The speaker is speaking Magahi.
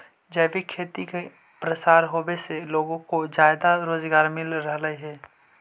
जैविक खेती का प्रसार होवे से लोगों को ज्यादा रोजगार मिल रहलई हे